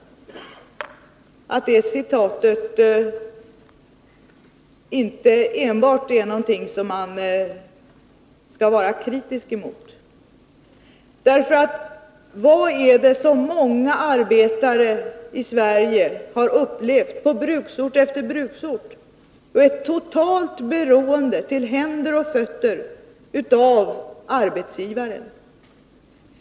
Detta tycker jag kanske inte att man enbart skall vara kritisk emot. Vad är det som många arbetare i Sverige har upplevt, på bruksort efter bruksort? Jo, ett totalt beroende, till händer och fötter, av arbetsgivaren.